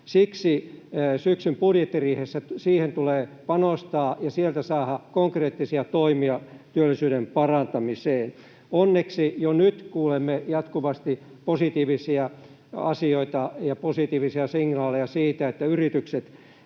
Siksi syksyn budjettiriihessä siihen tulee panostaa ja sieltä saada konkreettisia toimia työllisyyden parantamiseen. Onneksi jo nyt kuulemme jatkuvasti positiivisia asioita ja positiivisia signaaleja siitä, että yritykset